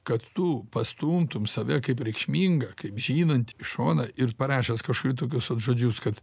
kad tu pastumtum save kaip reikšmingą kaip žinantį į šoną ir parašęs kažkur tokius žodžius kad